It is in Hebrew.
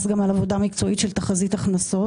גם על עבודה מקצועית של תחזית הכנסות,